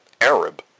Arab